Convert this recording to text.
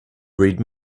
read